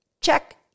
check